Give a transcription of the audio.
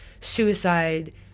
suicide